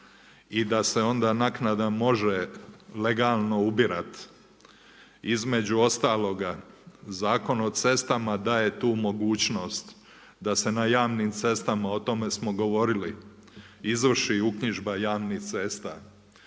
i da se onda naknada može legalno ubirati, između ostaloga Zakon o cestama daje tu mogućnost, da se na javnim cestama, o tome smo govorili izvrši uknjižba javnih cesta.